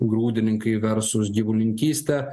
grūdininkai garsūs gyvulininkystę